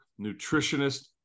nutritionist